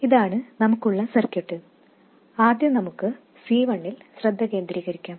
ഇതാണ് നമുക്കുള്ള സർക്യൂട്ട് ആദ്യം നമുക്ക് C1 ൽ ശ്രദ്ധ കേന്ദ്രീകരിക്കാം